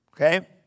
Okay